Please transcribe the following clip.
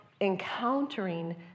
encountering